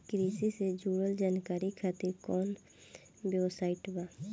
कृषि से जुड़ल जानकारी खातिर कोवन वेबसाइट बा?